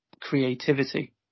creativity